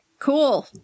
Cool